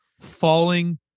falling